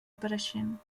apareixent